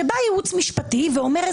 בא ייעוץ משפטי ואומר על